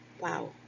Wow